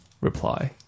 reply